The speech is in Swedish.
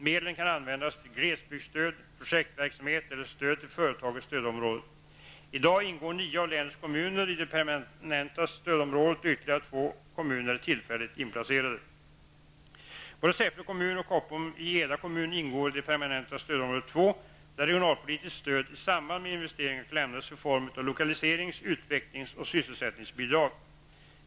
Medlen kan användas till glesbygdsstöd, projektverksamhet eller till stöd till företag i stödområdet. I dag ingår nio av länets kommuner i det permanenta stödområdet, och ytterligare två kommuner är tillfälligt inplacerade. Både Säffle kommun och Koppom i Edna kommun ingår i det permanenta stödområdet 2, där regionalpolitiskt stöd i samband med investeringar kan lämnas i form av lokaliserings-, utvecklingsoch sysselsättningsbidrag.